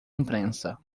imprensa